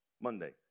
Monday